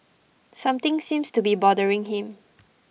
something seems to be bothering him